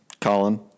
Colin